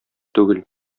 түгел